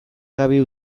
gabe